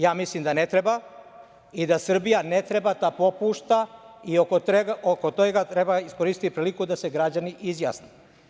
Ja mislim da ne treba i da Srbija ne treba da popušta i oko toga treba iskoristiti priliku da se građani izjasne.